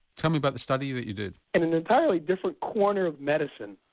tell me about the study that you did. in an entirely different corner of medicine,